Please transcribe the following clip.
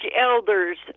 elders